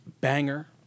banger